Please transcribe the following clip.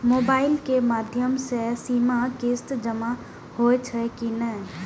Mobile के माध्यम से सीमा किस्त जमा होई छै कि नहिं?